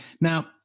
Now